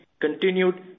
continued